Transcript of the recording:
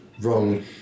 wrong